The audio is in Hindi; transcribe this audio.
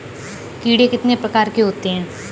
कीड़े कितने प्रकार के होते हैं?